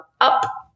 up